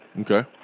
Okay